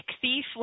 thief